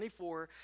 24